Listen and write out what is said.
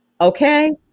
Okay